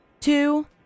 two